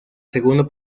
segundo